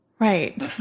right